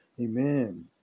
amen